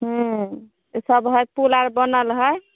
हूँ ईसब हय पुल आर बनल हय